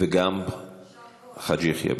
וגם לחבר הכנסת חאג' יחיא.